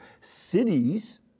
cities